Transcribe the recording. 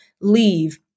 leave